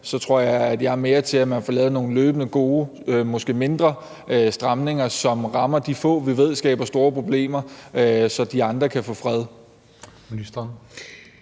så tror jeg, at jeg er mere til, at man løbende får lavet nogle gode, måske mindre stramninger, som rammer de få, vi ved skaber store problemer, så de andre kan få fred.